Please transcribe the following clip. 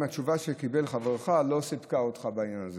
אם התשובה שקיבל חברך לא סיפקה אותך בעניין הזה,